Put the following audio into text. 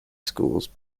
schools